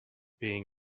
being